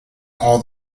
all